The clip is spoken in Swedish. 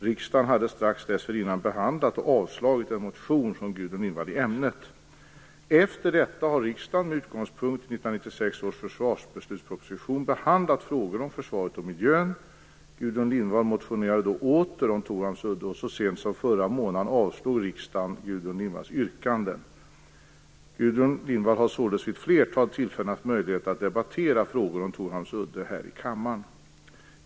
Riksdagen hade strax dessförinnan behandlat och avslagit en motion från Gudrun Lindvall i ämnet. Efter detta har riksdagen med utgångspunkt i 1996 års försvarsbeslutsproposition Gudrun Lindvalls yrkanden. Gudrun Lindvall har således vid ett flertal tillfällen haft möjlighet att debattera frågor om Torhamns udde här i kammaren.